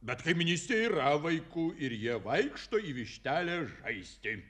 bet kaimynystėje yra vaikų ir jie vaikšto į vištelę žaisti